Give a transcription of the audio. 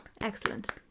excellent